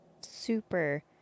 super